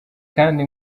kandi